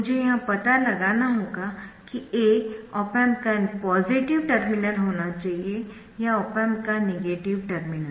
मुझे यह पता लगाना होगा कि A ऑप एम्प का पॉजिटिव टर्मिनल होना चाहिए या ऑप एम्प का नेगेटिव टर्मिनल